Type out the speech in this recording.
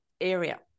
area